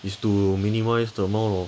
is to minimise the amount of